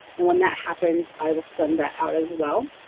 and when that happens, i will send that out as well.